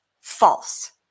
false